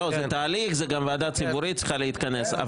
תהליך, גם הוועדה הציבורית צריכה להתכנס.